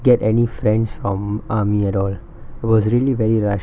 get any friends from army at all it was really very rush